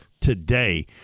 today